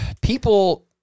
people